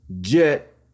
jet